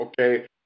okay